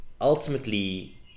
ultimately